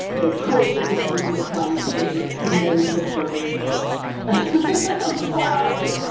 there's always the potential that climate change will put an end to the story before ah before i do!